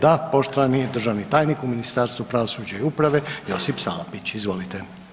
Da, poštovani državni tajnik u Ministarstvu pravosuđa i uprave Josip Salapić, izvolite.